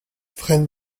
fred